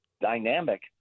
dynamic